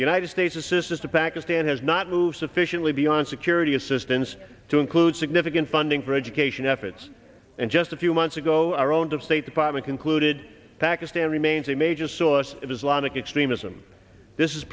united states assistance to pakistan has not moved sufficiently beyond security assistance to include significant funding for education efforts and just a few months ago our own of state department concluded pakistan remains a major source of islamic extremism this is